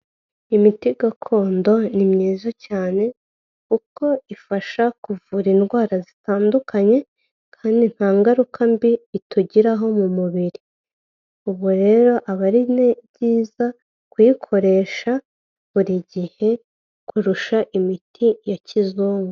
Imiti gakondo ni myiza cyane kuko ifasha kuvura indwara zitandukanye kandi nta ngaruka mbi itugiraho mu mubiri ubu rero aba ari ni byiza kuyikoresha buri gihe kurusha imiti ya kizungu.